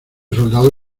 soldado